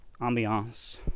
Ambiance